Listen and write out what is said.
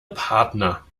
partner